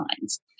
signs